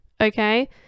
Okay